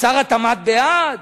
שר התמ"ת בעד.